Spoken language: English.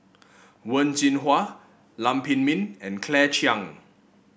Wen Jinhua Lam Pin Min and Claire Chiang